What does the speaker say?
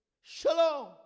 shalom